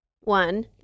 one